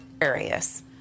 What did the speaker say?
areas